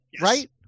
Right